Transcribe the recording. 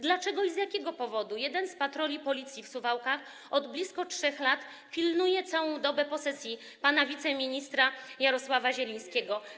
Dlaczego i z jakiego powodu jeden z patroli Policji w Suwałkach od blisko 3 lat pilnuje całą dobę posesji pana wiceministra Jarosława Zielińskiego?